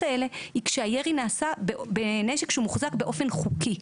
האלה היא כשהירי נעשה בנשק שהוא מוחזק באופן חוקי.